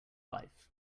life